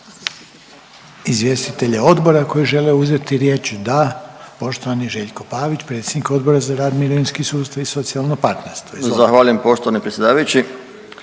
izvjestitelje odbora koji žele uzeti riječ? Da, poštovani Željko Pavić, predsjednik Odbora za rad, mirovinski sustav i socijalno partnerstvo, izvolite. **Pavić,